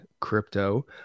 crypto